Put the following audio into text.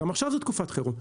גם עכשיו זו תקופת חירום.